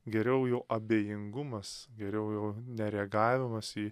geriau jau abejingumas geriau jau nereagavimas į